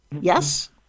Yes